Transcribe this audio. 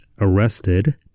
arrested